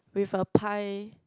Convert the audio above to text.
with a pie